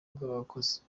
bw’abakozi